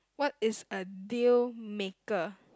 what is a deal maker